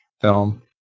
film